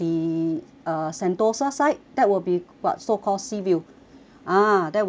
uh sentosa side that will be what so called sea view ah that will be good